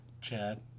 chad